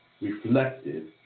reflected